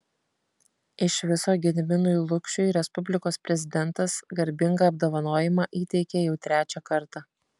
iš viso gediminui lukšiui respublikos prezidentas garbingą apdovanojimą įteikė jau trečią kartą